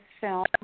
film